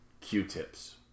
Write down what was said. Q-tips